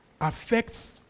affects